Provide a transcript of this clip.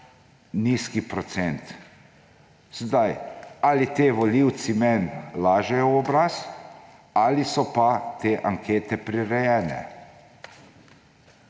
nizek procent. Sedaj, ali ti volivci meni lažejo v obraz ali so pa te ankete prirejene.